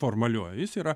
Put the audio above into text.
formaliuoju jis yra